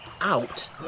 out